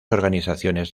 organizaciones